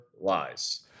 lies